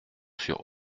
sur